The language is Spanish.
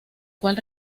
cual